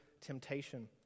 temptation